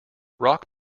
rock